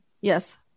Yes